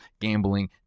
gambling